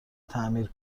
تعمیر